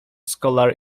scholar